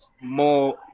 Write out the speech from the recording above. more